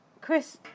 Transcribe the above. Chris